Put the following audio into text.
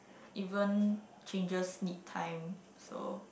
even changes need time so